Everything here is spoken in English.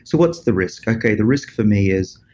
so what's the risk? okay. the risk for me is